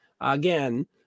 again